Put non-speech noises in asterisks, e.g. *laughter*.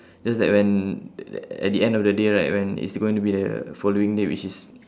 *breath* just that when at the end of the day right when it's going to be the following day which is